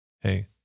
Hey